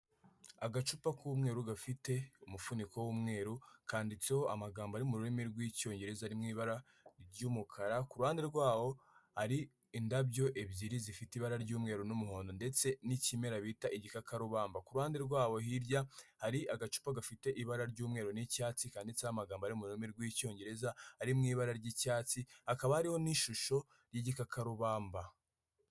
Agacupa k'umweru gafite umufuniko w'umweru kanditseho amagambo ari mu rurimi rw'Icyongereza ari mu ibara ry'umukara. Ku ruhande rwaho hari indabyo ebyiri zifite ibara ry'umweru n'umuhondo ndetse n'ikimera bita igikakarubamba. Ku ruhande rwaho hirya hari agacupa gafite ibara ry'umweru n'icyatsi kanditseho amagambo ari mu rurimi rw'Icyongereza ari mu ibara ry'icyatsi, hakaba hariho n'ishusho y'igikakarubamba.